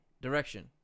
Direction